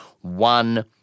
one